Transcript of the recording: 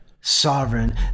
sovereign